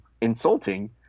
insulting